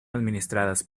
administradas